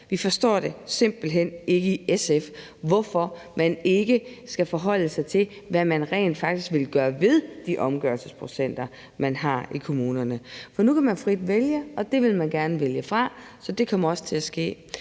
Vi forstår simpelt hen ikke i SF, hvorfor man ikke skal forholde sig til, hvad man rent faktisk vil gøre ved de omgørelsesprocenter, der er i kommunerne. For nu kan man frit vælge, og man vil gerne vælge det fra, så det kommer også til at ske.